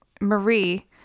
Marie